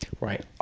Right